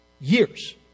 years